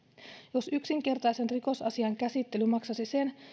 jos yksinkertaisen rikosasian käsittely maksaisi sen